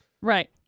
Right